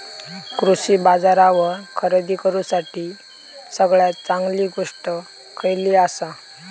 कृषी बाजारावर खरेदी करूसाठी सगळ्यात चांगली गोष्ट खैयली आसा?